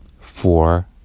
Four